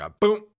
boom